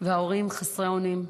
וההורים חסרי אונים.